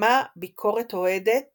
התפרסמה ביקורת אוהדת